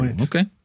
okay